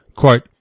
Quote